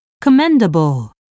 commendable